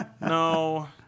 No